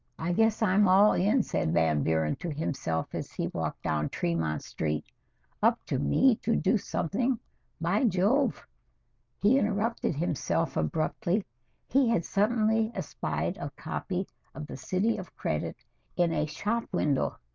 i guess i'm all in said van buuren to himself as he walked down, tremont street up to me to do something by jove he interrupted himself abruptly he had suddenly aspired a copy of the city of credit in a shop window